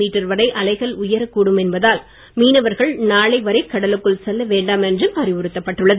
metre வரை அலைகள் உயரக் கூடும் என்பதால் மீனவர்கள் நாளை வரை கடலுக்குள் செல்ல வேண்டாம் என்றும் அறிவுறுத்தப் பட்டுள்ளது